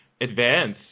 Advance